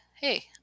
hey